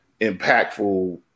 impactful